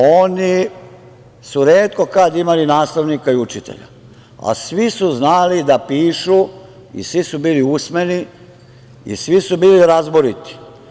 Oni su retko kada imali nastavnika i učitelja, a svi su znali da pišu i svi su bili usmeni i svi su bili razboriti.